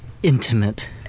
Intimate